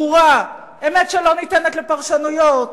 ברורה, אמת שלא ניתנת לפרשנויות,